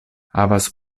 havas